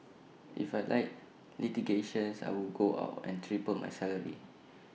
if I liked litigations I would go out and triple my salary